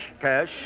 Cash